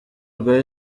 rwa